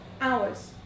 hours